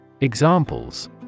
Examples